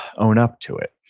own up to it,